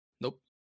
Nope